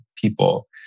people